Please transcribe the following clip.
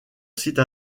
site